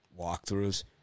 walkthroughs